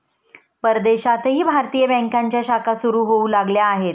परदेशातही भारतीय बँकांच्या शाखा सुरू होऊ लागल्या आहेत